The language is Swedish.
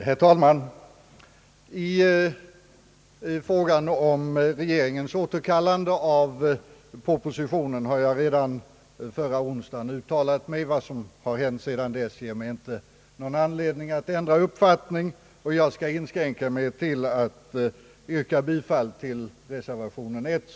Herr talman! I frågan om regeringens återkallande av propositionen uttalade jag mig redan förra onsdagen. Vad som hänt sedan dess ger mig inte anledning att ändra uppfattningen, och jag skall i detta sammanhang inskränka mig till att yrka bifall till reservation I.